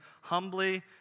humbly